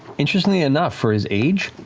interestingly enough, for his age,